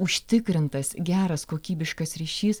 užtikrintas geras kokybiškas ryšys